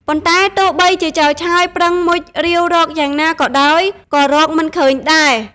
ប៉ុន្តែទោះបីជាចៅឆើយប្រឹងមុជរាវរកយ៉ាងណាក៏ដោយ ក៏រកមិនឃើញដែរ ។